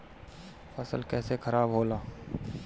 फसल कैसे खाराब होला?